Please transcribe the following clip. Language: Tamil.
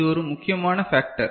இது ஒரு முக்கியமான ஃபேக்டர்